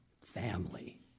family